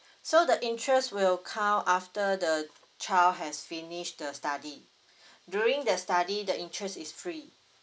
so the interest will count after the child has finished the study during the study the interest is free